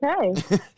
okay